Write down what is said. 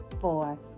four